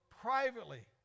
privately